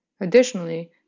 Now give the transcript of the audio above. Additionally